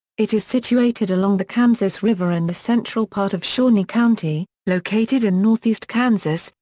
it is situated along the kansas river in the central part of shawnee county, located in northeast kansas,